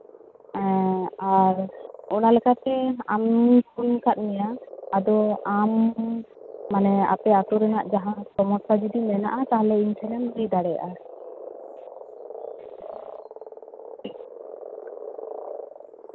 ᱦᱮᱸ ᱟᱨ ᱚᱱᱟᱞᱮᱠᱟᱛᱮ ᱟᱢ ᱦᱚᱧ ᱯᱷᱳᱱ ᱠᱟᱫ ᱢᱮᱭᱟ ᱟᱫᱚ ᱟᱢ ᱢᱟᱱᱮ ᱟᱯᱮ ᱟᱛᱳ ᱨᱮᱱᱟᱜ ᱡᱟᱦᱟᱸ ᱥᱚᱢᱚᱥᱥᱟ ᱡᱩᱫᱤ ᱢᱮᱱᱟᱜ ᱛᱟᱞᱦᱮ ᱤᱧ ᱴᱷᱮᱱᱮᱢ ᱞᱟᱹᱭ ᱫᱟᱲᱮᱭᱟᱜᱼᱟ